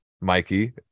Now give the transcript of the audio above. Mikey